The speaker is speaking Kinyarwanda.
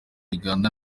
uganda